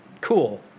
cool